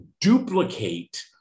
Duplicate